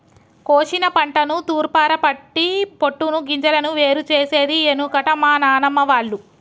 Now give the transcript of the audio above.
కోశిన పంటను తూర్పారపట్టి పొట్టును గింజలను వేరు చేసేది ఎనుకట మా నానమ్మ వాళ్లు